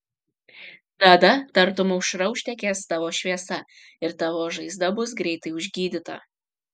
tada tartum aušra užtekės tavo šviesa ir tavo žaizda bus greitai užgydyta